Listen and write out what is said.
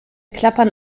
klappern